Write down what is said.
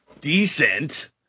decent